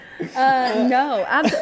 No